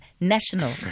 national